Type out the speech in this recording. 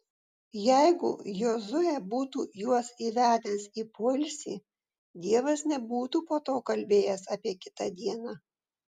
jeigu jozuė būtų juos įvedęs į poilsį dievas nebūtų po to kalbėjęs apie kitą dieną